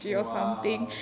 !wow!